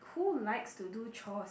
who likes to do chores